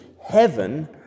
Heaven